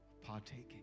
partaking